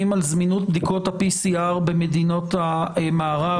על זמינות בדיקות ה-PCR במדינות המערב.